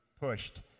pushed